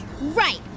Right